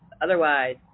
otherwise